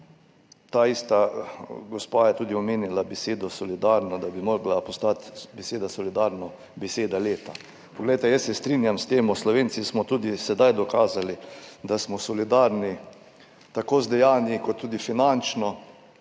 Ta ista gospa je tudi omenila besedo solidarno, da bi le-ta morala postati beseda leta. Jaz se strinjam s tem, Slovenci smo tudi sedaj dokazali, da smo solidarni, tako z dejanji kot tudi finančno,